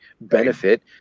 benefit